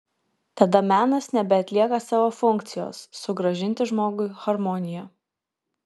tada menas nebeatlieka savo funkcijos sugrąžinti žmogui harmoniją